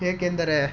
ಏಕೆಂದರೆ